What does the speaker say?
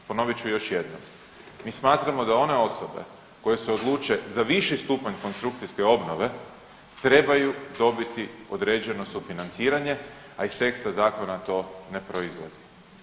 Ponovit ću još jednom, mi smatramo da one osobe koje se odluče za viši stupanj konstrukcijske obnove trebaju dobiti određeno sufinanciranje, a iz teksta zakona to ne proizlazi.